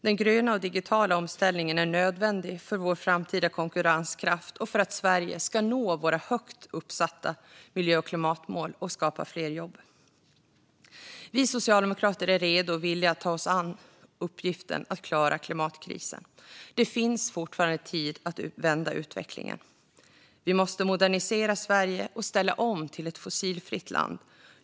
Den gröna och digitala omställningen är nödvändig för vår framtida konkurrenskraft och för att Sverige ska nå våra högt uppsatta miljö och klimatmål och skapa fler jobb. Vi socialdemokrater är redo och villiga att ta oss an uppgiften att klara klimatkrisen. Det finns fortfarande tid att vända utvecklingen. Vi måste modernisera Sverige och ställa om till ett fossilfritt land.